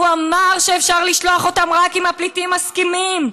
הוא אמר שאפשר לשלוח אותם רק אם הפליטים מסכימים.